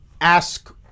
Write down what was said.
ask